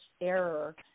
error